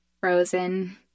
Frozen